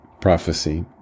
prophecy